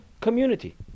community